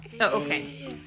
Okay